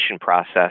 process